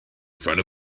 front